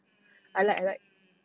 mm mm